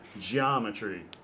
Geometry